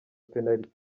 penaliti